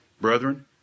Brethren